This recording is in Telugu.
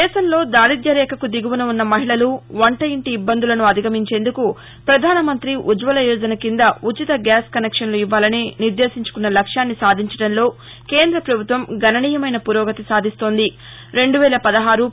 దేశంలో దారిద్య రేఖకు దిగువన ఉన్న మహిళలు వంట ఇంటీ ఇబ్బందులను అధిగమించేందుకు ప్రధాన మంతి ఉజ్వల యోజన కింద ఉచిత గ్యాస్ కనెక్షన్లు ఇవ్వాలని నిర్దేశించుకున్న లక్ష్యాన్ని సాధించడంలో కేంద్ర ప్రభుత్వం గణనీయమైన పురోగతి సాధిస్తోంది